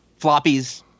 floppies